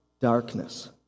darkness